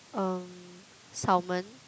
um salmon